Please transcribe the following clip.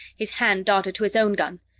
his hand darted to his own gun.